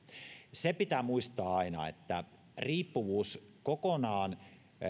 se pitää muistaa aina että riippuvuus kokonaan